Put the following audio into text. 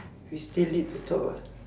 we still need to talk ah